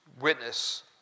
witness